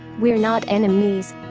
we're not enemies.